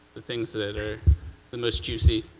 the things that are the most juicy.